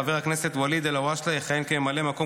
חבר הכנסת ואליד אלהואשלה יכהן כממלא מקום